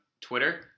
Twitter